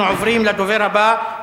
אנחנו עוברים לדובר הבא,